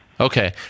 Okay